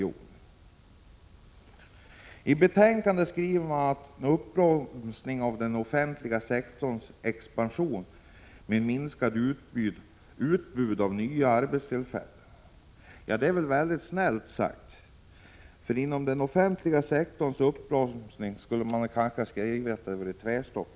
IT arbetsmarknadsutskottets betänkande talar man om en uppbromsning av den offentliga sektorns expansion med minskat utbud av nya arbetstillfällen. Det är snällt sagt. I stället för uppbromsning borde man kanske ha skrivit tvärstopp.